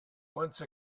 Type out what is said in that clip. once